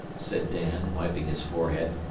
said dan, wiping his forehead.